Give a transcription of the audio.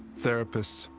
therapists,